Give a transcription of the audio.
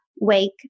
wake